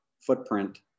footprint